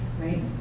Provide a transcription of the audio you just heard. right